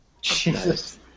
Jesus